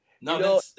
No